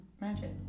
magic